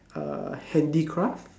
uh handicraft